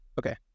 okay